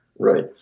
Right